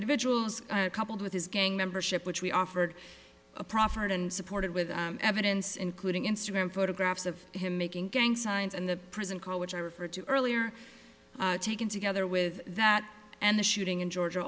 individuals coupled with his gang membership which we offered proffered and supported with evidence including instagram photographs of him making gang signs and the prison call which i referred to earlier taken together with that and the shooting in georgia